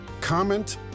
comment